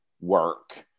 work